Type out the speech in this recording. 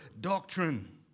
Doctrine